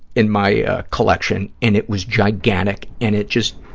and my ah collection, and it was gigantic and it just,